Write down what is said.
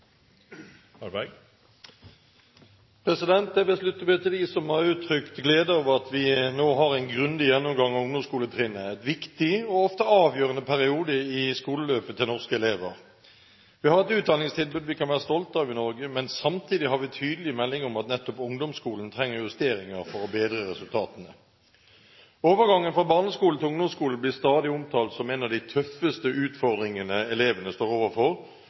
grundig gjennomgang av ungdomsskoletrinnet – en viktig og ofte avgjørende periode i skoleløpet til norske elever. Vi har et utdanningstilbud vi kan være stolte av i Norge, men samtidig får vi tydelige meldinger om at nettopp ungdomsskolen trenger justeringer for å bedre resultatene. Overgangen fra barneskole til ungdomsskole blir stadig omtalt som en av de tøffeste utfordringene elevene står overfor,